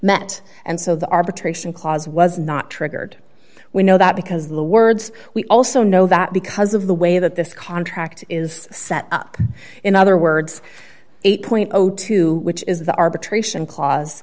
met and so the arbitration clause was not triggered we know that because of the words we also know that because of the way that this contract is set up in other words eight dollars which is the arbitration clause